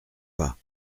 pas